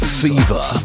fever